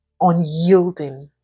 unyielding